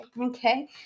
Okay